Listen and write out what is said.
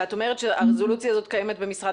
ואת אומרת שהרזולוציה הזאת קיימת במשרד